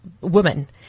women